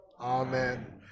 Amen